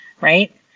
Right